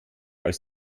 als